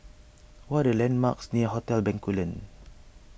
what the landmarks near Hotel Bencoolen